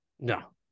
No